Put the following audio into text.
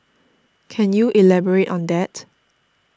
can you elaborate on that